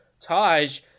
Taj